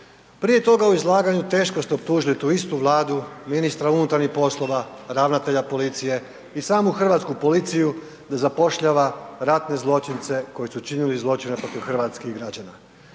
Prije toga u izlaganju teško ste optužili tu istu Vladu, ministra unutarnjih poslova, ravnatelja policije i samu hrvatsku policiju da zapošljava ratne zločince koji su činili zločine protiv hrvatskih građana.